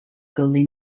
goalie